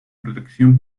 protección